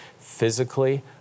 physically